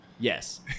yes